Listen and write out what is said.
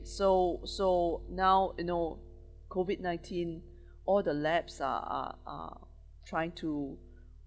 so so now you know COVID nineteen all the labs are are are trying to